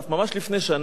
ממש לפני שנה,